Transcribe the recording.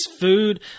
food